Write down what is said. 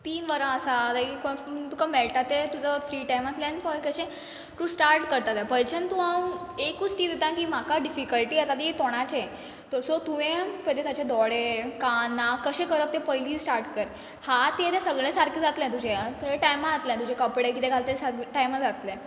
तीन वरां आसा लायक तुका मेळटा तें तुजोत फ्री टायमांतल्यान पय कशें तूं स्टार्ट करतलें पयलच्यान तूं हांव एकूच टीप दिता की म्हाका डिफिकल्टी येताली तोंडाचेर तो सो तुंवें पयली ताजे दोळे कान नाक कशें करप तें पयली स्टाट कर हात येयले सगळें सारकें जातलें तुजें सगळें टायमा जातलें तुजे कपडे कितें घाल तें सग टायमार जातलें